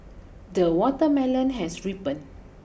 the watermelon has ripened